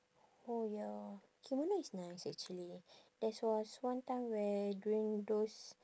oh ya kimono is nice actually there's was one time where during those